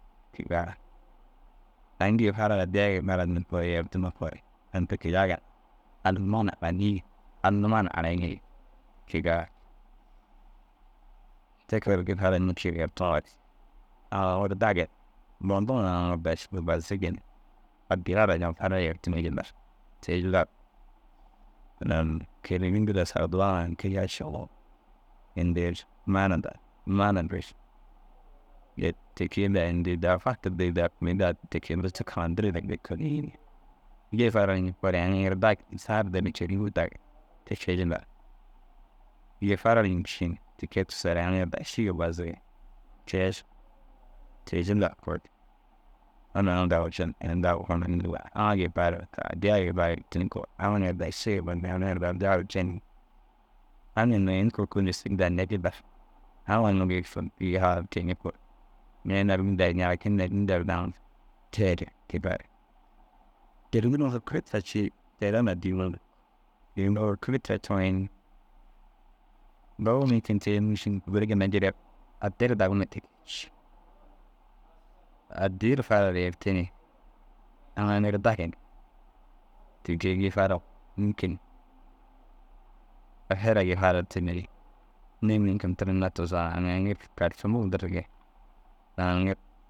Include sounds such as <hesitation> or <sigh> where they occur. Ti kegaa aŋ gii fara ru addiya gii fara ru ñikoo yertime koore aŋ ti kegaa gal. Hal huma na hananii ni hal numa na hanayiŋi. Ti kegaa te koore gii fara ru ñikii ru yertiŋoore au au ru dagi ni. Bondiŋo na naara daa ši buru bazigi ni addiyaa ru <hesitation> fara ru yertime jillar. Te- i jillar ini a unnu « kêregi » indiga saduwaa ŋa înni kege išallaha. Ini dêr maana dan maana <hesitation> ti kee daa ini dêr daa fatir <unintelligible> gii fara ru ñikoore aŋ aŋ ru dag saa ru dir côniigoo dagu. Ti kee jillar gii fara ru nîšig ni ti kee tigisoore aŋ aŋ ru daa ši gii bazigi ni. <hesitation> te- i jillar koore unnu ini daa wošinindirigaa amma gii fara ru ka addiya gii <unintelligible> aŋ hinnoo ini kuruu sîri danni jillar <unintelligible>